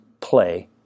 play